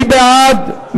מי בעד?